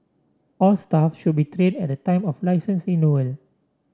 all staff should be trained at the time of licence renewal